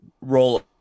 roll